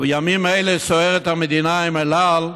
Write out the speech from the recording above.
בימים אלה סוערת המדינה עם אל על,